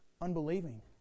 unbelieving